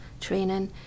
training